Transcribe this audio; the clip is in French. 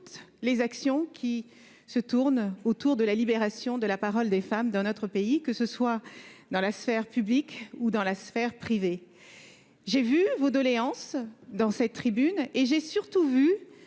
les actions qui tournent autour de la libération de la parole des femmes dans notre pays, que ce soit dans la sphère publique ou dans la sphère privée. J'ai lu vos doléances et j'ai surtout